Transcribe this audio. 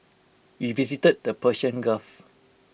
we visited the Persian gulf